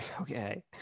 Okay